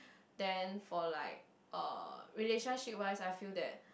then for like uh relationship wise I feel that